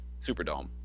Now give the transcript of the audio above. Superdome